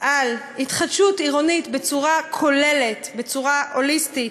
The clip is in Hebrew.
על התחדשות עירונית בצורה כוללת, בצורה הוליסטית,